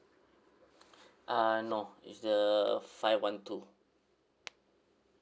uh no it's the five one two